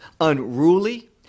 unruly